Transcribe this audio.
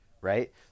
right